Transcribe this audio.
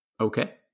okay